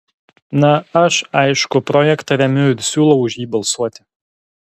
na aš aišku projektą remiu ir siūlau už jį balsuoti